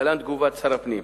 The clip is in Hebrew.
להלן תגובת שר הפנים: